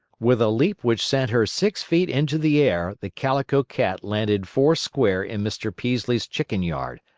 with a leap which sent her six feet into the air the calico cat landed four-square in mr. peaslee's chicken-yard,